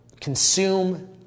consume